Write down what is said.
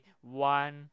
one